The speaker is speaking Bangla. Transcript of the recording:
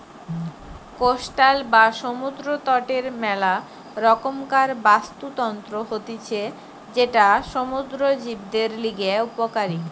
কোস্টাল বা সমুদ্র তটের মেলা রকমকার বাস্তুতন্ত্র হতিছে যেটা সমুদ্র জীবদের লিগে উপকারী